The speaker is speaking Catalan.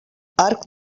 arc